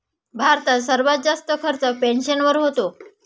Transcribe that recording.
भारतात सर्वात जास्त खर्च पेन्शनवर होतो